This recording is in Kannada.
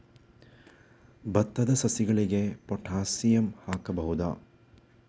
ಭತ್ತದ ಸಸಿಗಳಿಗೆ ಪೊಟ್ಯಾಸಿಯಂ ಹಾಕಬಹುದಾ?